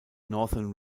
northern